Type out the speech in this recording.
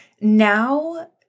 Now